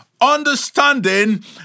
Understanding